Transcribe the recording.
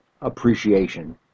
appreciation